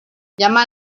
llama